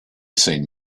seen